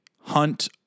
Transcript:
Hunt